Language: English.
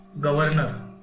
governor